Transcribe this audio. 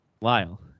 lyle